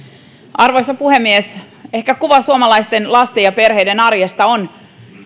arvoisa puhemies ehkä kuva suomalaisten lasten ja perheiden arjesta on